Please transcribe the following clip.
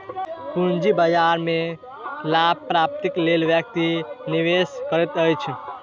पूंजी बाजार में लाभ प्राप्तिक लेल व्यक्ति निवेश करैत अछि